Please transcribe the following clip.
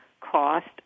cost